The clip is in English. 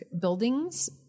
buildings